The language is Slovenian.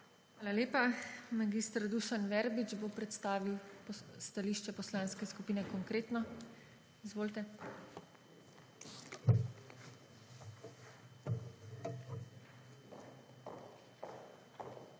Hvala lepa. Mag. Dušan Verbič bo predstavil stališče Poslanske skupine Konkretno. Izvolite. MAG.